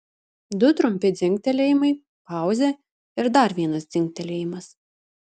du trumpi dzingtelėjimai pauzė ir dar vienas dzingtelėjimas